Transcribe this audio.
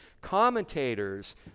commentators